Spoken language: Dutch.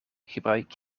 gebruik